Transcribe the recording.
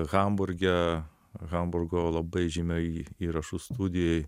hamburge hamburgo labai žymioj įrašų studijoj